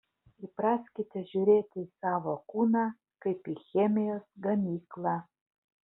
įpraskite žiūrėti į savo kūną kaip į chemijos gamyklą